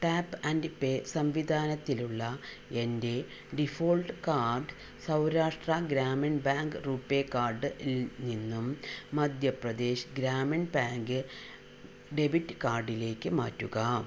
tap and pay സംവിധാനത്തിലുള്ള എൻ്റെ default card Saurashtra Gramin bank RuPay കാർഡിൽ നിന്നും മധ്യപ്രദേശ് ഗ്രാമീൺ ബാങ്ക് ഡെബിറ്റ് കാർഡിലേക്ക് മാറ്റുക